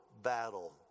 battle